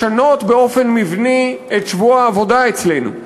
לשנות באופן מבני את שבוע העבודה אצלנו,